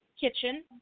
kitchen